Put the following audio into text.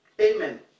Amen